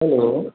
hello